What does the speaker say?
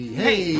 hey